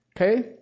Okay